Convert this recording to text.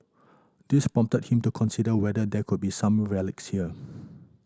this prompted him to consider whether there could be some relics there